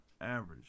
average